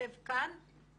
יש חוק במדינה שאסור,